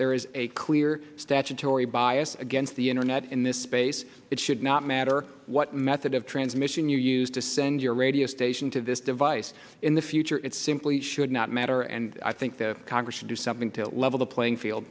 there is a clear statutory bias against the internet in this space it should not matter what method of transmission you used to send your radio station to this device in the future it simply should not matter and i think the congress to do something to level the playing field